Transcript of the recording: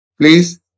Please